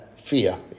Fear